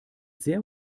sehr